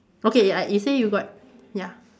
okay ya it say you got ya